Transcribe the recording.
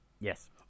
Yes